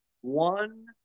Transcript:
one